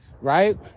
right